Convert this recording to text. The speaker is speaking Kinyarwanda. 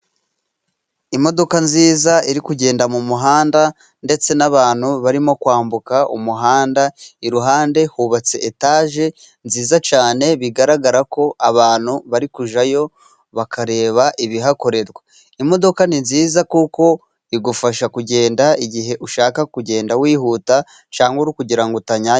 Imodoka nziza iri kugenda mumuhanda, ndetse n'abantu barimo kwambuka umuhanda, iruhande hubatse etage nziza cyane bigaragara ko abantu bari kujyayo bakareba ibihakorerwa. Imodoka ni nziza kuko igufasha kugenda igihe ushaka kugenda wihuta, cangwa kugirango utanyagirwa.